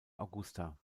augusta